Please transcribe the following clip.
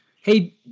Hey